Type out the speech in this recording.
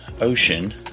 Ocean